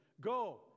go